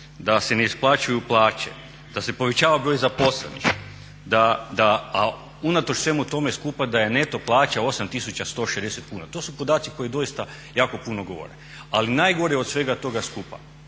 da se ne isplaćuju plaće, da se povećava broj zaposlenih a unatoč svemu tome skupa da je neto plaća 8160 kuna. To su podaci koji doista jako puno govore. Ali najgore od svega toga skupa